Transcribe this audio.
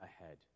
ahead